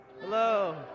Hello